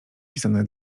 pisane